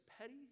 petty